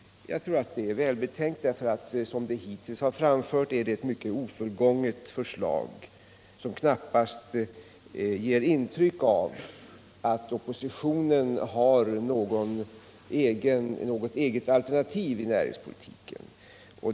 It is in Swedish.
Jag tror det är välbetänkt att ta det lugnt; som förslaget hittills har framförts är det nämligen mycket ofullgånget och ger knappast intryck av att oppositionen har något eget alternativ i fråga om näringspolitiken.